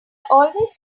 always